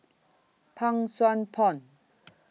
Pang Sua Pond